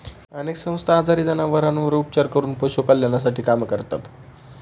अनेक संस्था आजारी जनावरांवर उपचार करून पशु कल्याणासाठी काम करतात